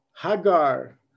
Hagar